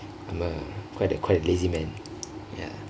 I'm quite uh quite lazy man ya